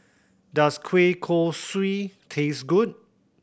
does kueh kosui taste good